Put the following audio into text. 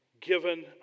given